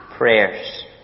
prayers